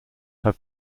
have